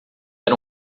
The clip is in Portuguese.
era